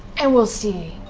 and we'll see